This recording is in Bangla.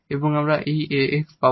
এবং আমরা 𝑒 𝑎𝑥 পাব